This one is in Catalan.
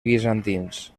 bizantins